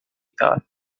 thought